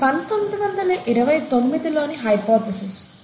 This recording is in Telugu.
ఇది 1929 లోని హైపోథెసిస్